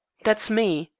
that's me.